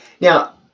Now